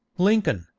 lincoln,